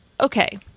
Okay